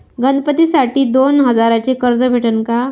गणपतीसाठी दोन हजाराचे कर्ज भेटन का?